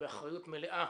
באחריות מלאה